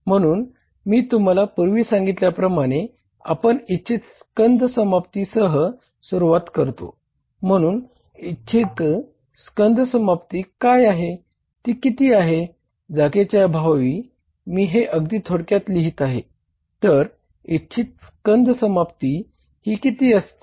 म्हणून मी तुम्हाला पूर्वी सांगितल्याप्रमाणे आपण इच्छित स्कंध समाप्ती सह ही किती असते